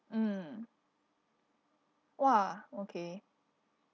mm !wah! okay